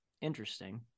interesting